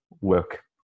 work